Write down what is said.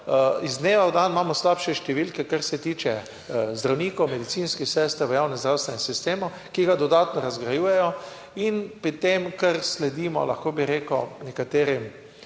iz dneva v dan imamo slabše številke. Kar se tiče zdravnikov, medicinskih sester v javnem zdravstvenem sistemu, ki ga dodatno razgrajujejo, in pri tem, kar sledimo, lahko bi rekel nekaterim